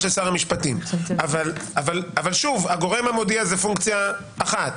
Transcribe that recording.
אבל שוב, הגורם המודיע זה פונקציה אחת.